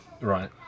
Right